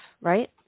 right